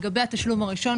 לגבי התשלום הראשון,